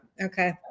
okay